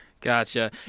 Gotcha